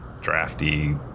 drafty